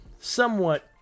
somewhat